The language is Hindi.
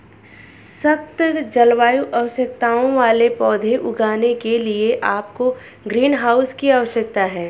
सख्त जलवायु आवश्यकताओं वाले पौधे उगाने के लिए आपको ग्रीनहाउस की आवश्यकता है